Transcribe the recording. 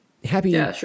Happy